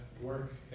work